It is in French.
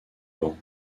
vent